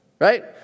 right